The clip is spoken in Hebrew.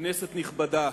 כנסת נכבדה,